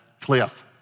cliff